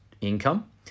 income